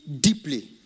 deeply